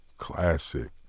Classic